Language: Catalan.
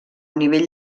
nivell